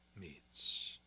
meets